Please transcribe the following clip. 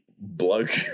bloke